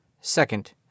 second